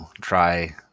try